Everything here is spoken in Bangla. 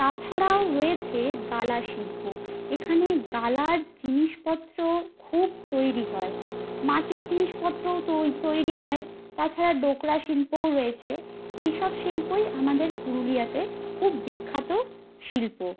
তাছাড়াও রয়েছে গালা শিল্প এখানে গালার জিনিসপত্র খুব তৈরি হয় মাটির জিনিসপত্রও তৈ তৈরি হয় তাছাড়া ডোকরা শিল্পও রয়েছে এইসব শিল্পই আমাদের পুরুলিয়াতে খুব বিখ্যাত শিল্প